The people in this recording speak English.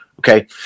Okay